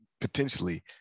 potentially